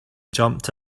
jumped